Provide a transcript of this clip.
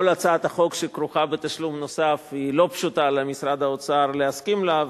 כל הצעת חוק שכרוכה בתשלום נוסף לא פשוט למשרד האוצר להסכים לה.